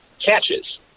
catches